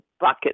bucket